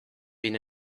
been